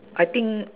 I think